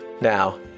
Now